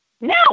No